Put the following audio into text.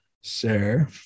sir